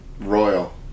royal